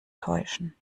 täuschen